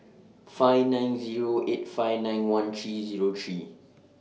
five nine Zero eight five nine one three Zero three